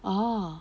orh